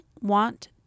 want